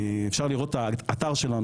אפשר לראות את האתר שלנו,